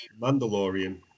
Mandalorian